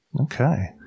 Okay